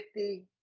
50